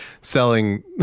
selling